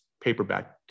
paperback